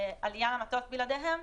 עלייה למטוס בלעדיהם,